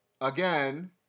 again